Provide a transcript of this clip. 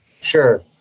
Sure